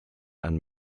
and